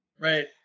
right